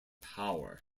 power